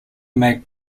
make